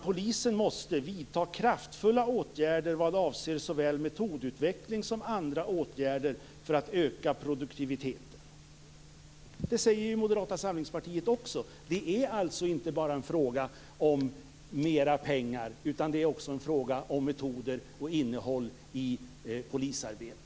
Polisen måste vidta kraftfulla åtgärder vad avser såväl metodutveckling som andra åtgärder för att öka produktiviteten. Det säger också Moderata samlingspartiet. Det är alltså inte bara en fråga om mera pengar utan också om metoder och innehåll i polisarbetet.